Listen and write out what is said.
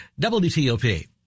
WTOP